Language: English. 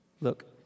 look